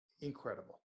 incredible